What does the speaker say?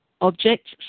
objects